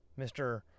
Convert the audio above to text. Mr